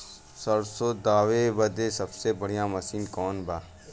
सरसों दावे बदे सबसे बढ़ियां मसिन कवन बा?